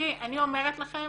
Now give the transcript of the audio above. אני אומרת לכם,